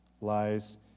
lies